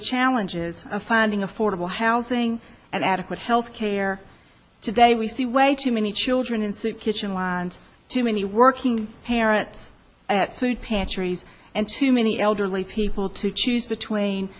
the challenges of finding affordable housing and adequate health care today we see way too many children in soup kitchen lines too many working parents at food pantries and too many elderly people to choose between